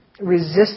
resist